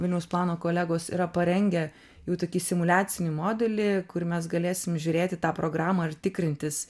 vilniaus plano kolegos yra parengę jau tokį simuliacinį modelį kur mes galėsim žiūrėti tą programą ir tikrintis